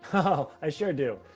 ah i sure do!